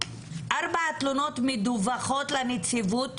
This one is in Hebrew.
ארבע התלונות מדווחות לנציבות?